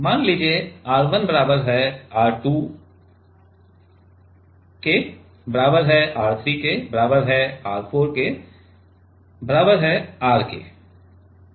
मान लीजिए R1 बराबर है R 2 बराबर है R 3 बराबर है R 4 बराबर है R के है